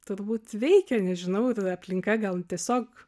turbūt veikia nežinau ta aplinka gal tiesiog